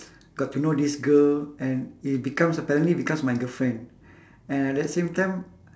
got to know this girl and it becomes apparently becomes my girlfriend and at the same time